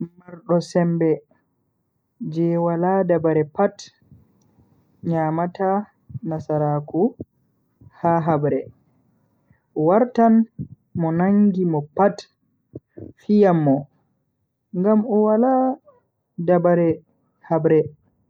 Mardo sembe je wala dabare pat nyamata nasaraaku ha habre. Wartan mo nangi mo pat fiyan mo ngam o wala dabare habre.